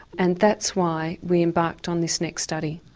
and that's why we embarked on this next study.